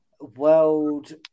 World